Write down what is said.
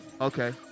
Okay